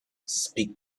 speak